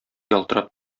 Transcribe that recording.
ялтырап